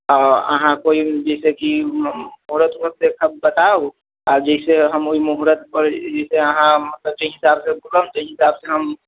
आ अहाँ कोइ जाहि से कि मुहूरत वहुरत देखिके बताउ आ जाहि से हम ओहि मुहूरत पर जाहि से अहाँ मतलब जेहि हिसाब से कहब तेहि हिसाब से हम